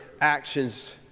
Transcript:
actions